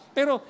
Pero